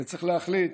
וצריך להחליט,